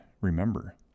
remember